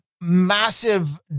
massive